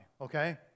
Okay